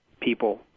people